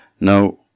Now